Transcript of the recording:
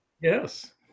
yes